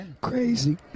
Crazy